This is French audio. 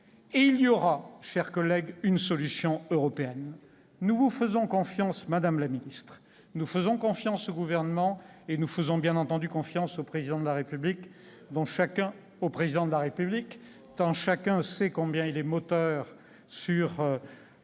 il y aura, chers collègues, une solution européenne ; nous vous faisons confiance, madame la ministre, nous faisons confiance au Gouvernement et nous faisons bien entendu confiance au Président de la République- chacun sait combien il est moteur sur